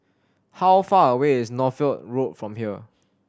how far away is Northolt Road from here